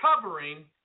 covering